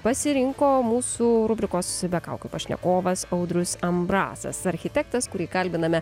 pasirinko mūsų rubrikos be kaukių pašnekovas audrius ambrasas architektas kurį kalbiname